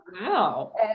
Wow